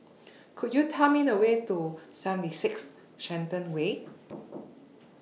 Could YOU Tell Me The Way to seventy six Shenton Way